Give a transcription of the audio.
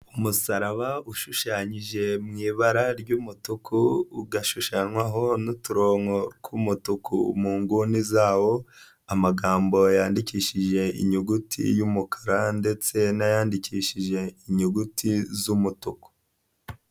Umusaraba ushushanyije mu ibara ry'umutuku ugashushanywaho n'uturongonko tw'umutuku mu nguni zawo amagambo yandikishije inyuguti y'umukara, ndetse n'ayandikishije inyuguti z'umutuku.